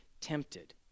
tempted